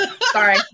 Sorry